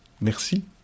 Merci